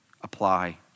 Apply